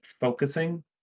focusing